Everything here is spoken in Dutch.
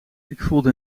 voelde